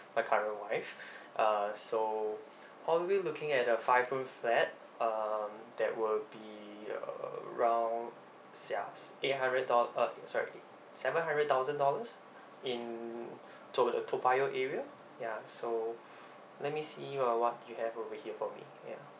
my current wife uh so currently looking at a five room flat um that will be around six ah eight hundred doll~ uh sorry seven hundred thousand dollars in to~ toa payoh area ya so let me see uh what you have over here for me ya